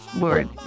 word